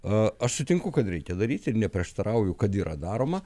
a aš sutinku kad reikia daryti ir neprieštarauju kad yra daroma